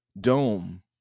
dome